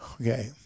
okay